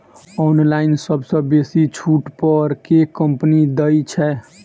Online सबसँ बेसी छुट पर केँ कंपनी दइ छै?